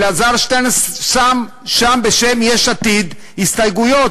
אלעזר שטרן שׂם שם, בשם יש עתיד, הסתייגויות.